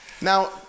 Now